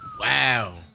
Wow